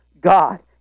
God